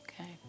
okay